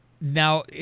Now